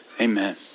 Amen